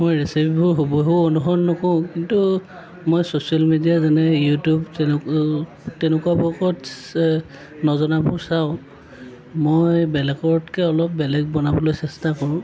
মই ৰেচিপিবো হুবহু অনুসৰণ নকওঁ কিন্তু মই চছিয়েল মিডিয়া যেনে ইউটিউব তেনে তেনেকুৱা ব্লকত নজনাবোৰ চাওঁ মই বেলেগতকৈ অলপ বেলেগ বনাবলৈ চেষ্টা কৰোঁ